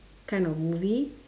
kind of movie